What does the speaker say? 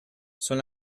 son